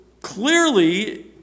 clearly